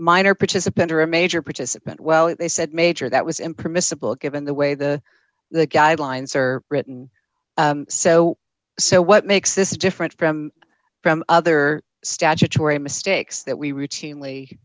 minor participant or a major participant well they said major that was him permissible given the way the the guidelines are written so so what makes this different from from other statutory mistakes that we